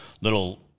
little